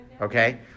Okay